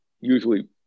usually